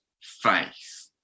faith